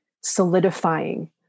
solidifying